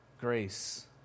grace